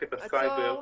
--- מחלקת הסייבר,